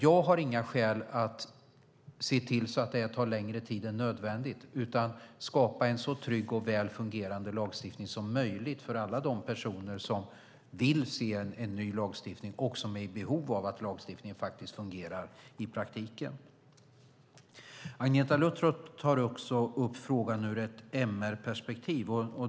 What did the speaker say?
Jag har inga skäl att se till att det tar längre tid än nödvändigt utan vill skapa en så trygg och väl fungerande lagstiftning som möjligt för alla de personer som vill se en ny lagstiftning och som är i behov av att lagstiftningen faktiskt fungerar i praktiken. Agneta Luttropp tar också upp frågan ur ett MR-perspektiv.